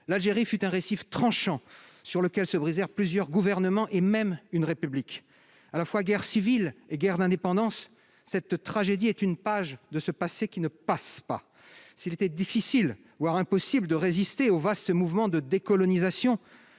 l'Algérie fut un récif tranchant sur lequel se brisèrent plusieurs gouvernements et même une République. À la fois guerre civile et guerre d'indépendance, la tragédie algérienne est une page de ce passé qui ne passe pas. S'il était difficile, voire impossible, de résister au vaste mouvement de décolonisation,